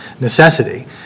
necessity